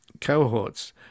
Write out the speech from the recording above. cohorts